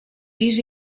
pis